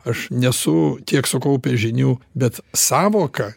aš nesu tiek sukaupęs žinių bet sąvoka